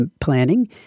Planning